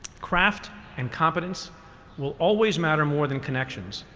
craft and competence will always matter more than connections.